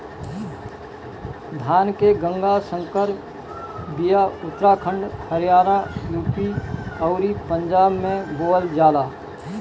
धान के गंगा संकर बिया उत्तराखंड हरियाणा, यू.पी अउरी पंजाब में बोअल जाला